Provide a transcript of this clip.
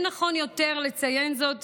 אין נכון יותר לציין זאת